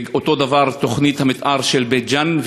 ואותו דבר תוכנית המתאר של בית-ג'ן,